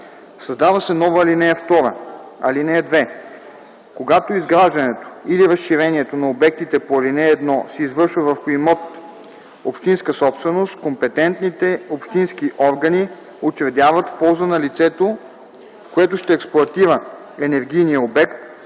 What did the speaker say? Създава се нова ал. 2: „(2) Когато изграждането или разширението на обектите по ал. 1 се извършва върху имот – общинска собственост, компетентните общински органи учредяват в полза на лицето, което ще експлоатира енергийния обект,